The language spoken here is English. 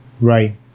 right